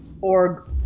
Org